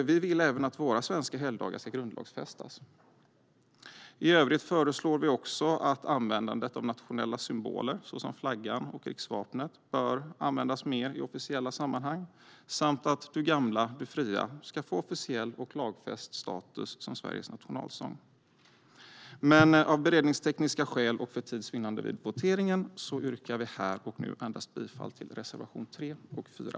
Vi vill även att våra svenska helgdagar ska grundlagsfästas. I övrigt föreslår vi att användandet av nationella symboler, såsom flaggan och riksvapnet, bör användas mer i officiella sammanhang samt att Du gamla, du fria ska få officiell och lagfäst status som Sveriges nationalsång. Men av beredningstekniska skäl och för tids vinnande vid voteringen yrkar vi här och nu bifall endast till reservationerna 3 och 4.